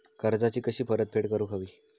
कर्जाची कशी परतफेड करूक हवी?